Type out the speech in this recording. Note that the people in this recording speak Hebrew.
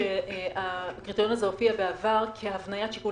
הקריטריון הזה הופיע בעבר כהבניית שיקול